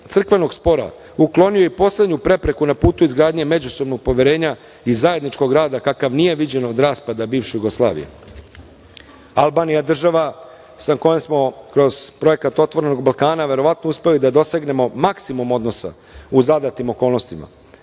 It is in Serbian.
crkvenog spora uklonilo i poslednju prepreku na putu izgradnje međusobnog poverenja i zajedničkog rada, kakav nije viđen od raspada bivše Jugoslavije. Albanija je država sa kojom smo kroz projekat „Otvorenog Balkana“ verovatno uspeli da dosegnemo maksimum odnosa u zadatim okolnostima.